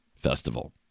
Festival